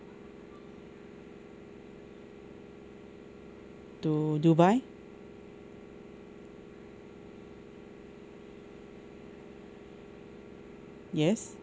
to dubai yes